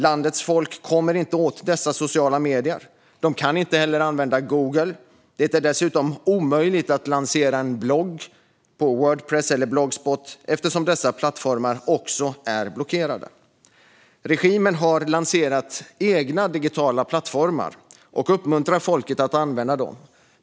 Landets folk kommer inte åt dessa sociala medier. De kan inte heller använda Google. Det är dessutom omöjligt att lansera en blogg på Wordpress eller Blogspot, eftersom dessa plattformar också är blockerade. Regimen har lanserat egna digitala plattformar och uppmuntrar folket att använda dem.